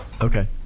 Okay